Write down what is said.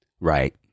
Right